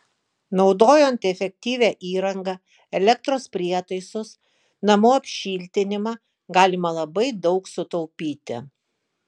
naudojant efektyvią įrangą elektros prietaisus namų apšiltinimą galima labai daug sutaupyti